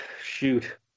shoot